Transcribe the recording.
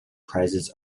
prizes